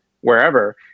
wherever